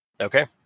Okay